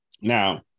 Now